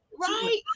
right